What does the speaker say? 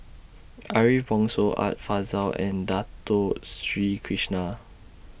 Ariff Bongso Art Fazil and Dato Sri Krishna